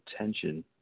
attention